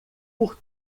por